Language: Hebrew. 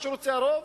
מה שרוצה הרוב,